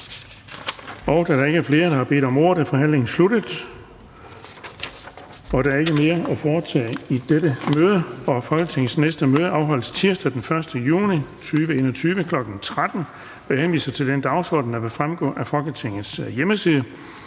Meddelelser fra formanden Den fg. formand (Erling Bonnesen): Der er ikke mere at foretage i dette møde. Folketingets næste møde afholdes tirsdag den 1. juni 2021, kl. 13.00. Jeg henviser til den dagsorden, der vil fremgå af Folketingets hjemmeside.